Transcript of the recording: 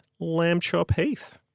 Lambchop-Heath